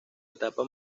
etapa